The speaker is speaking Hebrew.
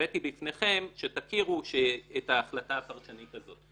הבאתי שתכירו את ההחלטה הפרשנית הזאת.